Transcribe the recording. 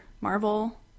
Marvel